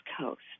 coast